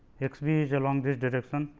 x b is along this direction,